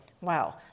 Wow